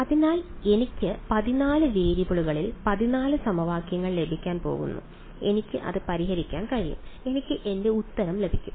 അതിനാൽ എനിക്ക് 14 വേരിയബിളുകളിൽ 14 സമവാക്യങ്ങൾ ലഭിക്കാൻ പോകുന്നു എനിക്ക് അത് പരിഹരിക്കാൻ കഴിയും എനിക്ക് എന്റെ ഉത്തരം ലഭിക്കും